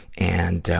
and,